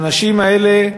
והאנשים האלה,